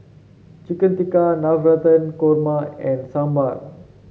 Chicken Tikka Navratan Korma and Sambar